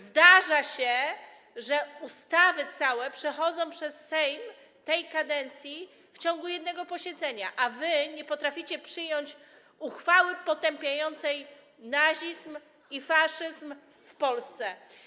Zdarza się, że całe ustawy przechodzą przez Sejm tej kadencji w ciągu jednego posiedzenia, a wy nie potraficie przyjąć uchwały potępiającej nazizm i faszyzm w Polsce.